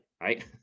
Right